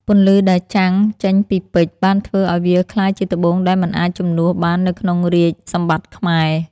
ពន្លឺដែលចាំងចេញពីពេជ្របានធ្វើឱ្យវាក្លាយជាត្បូងដែលមិនអាចជំនួសបាននៅក្នុងរាជសម្បត្តិខ្មែរ។